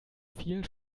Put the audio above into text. viel